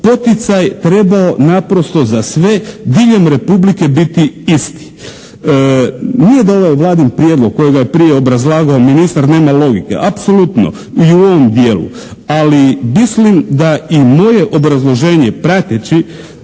poticaj trebao naprosto za sve diljem republike biti isti. Nije da ovaj Vladin prijedlog kojega je prije obrazlagao ministar nema logike apsolutno i u ovom dijelu. Ali mislim da i moje obrazloženje prateći